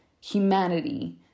humanity